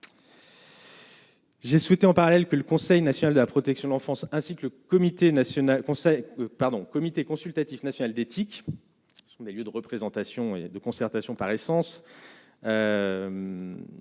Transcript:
J'ai souhaité en parallèle que le Conseil national de la protection de l'enfance, ainsi que le comité national qu'on sait, pardon, comité consultatif national d'éthique, ce sont des lieux de représentation et de concertation, par essence,